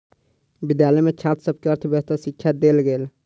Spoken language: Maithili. विद्यालय में छात्र सभ के अर्थव्यवस्थाक शिक्षा देल गेल